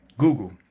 google